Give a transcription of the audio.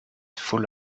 full